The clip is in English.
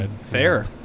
Fair